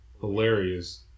hilarious